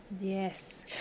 yes